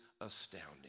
astounding